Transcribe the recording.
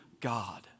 God